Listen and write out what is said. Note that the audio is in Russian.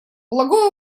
благое